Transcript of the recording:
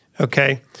okay